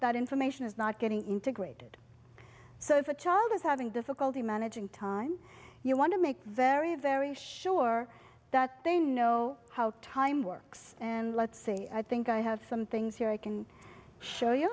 that information is not getting integrated so if a child is having difficulty managing time you want to make very very sure that they know how time works and let's say i think i have some things here i can show you